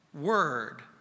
word